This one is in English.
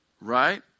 right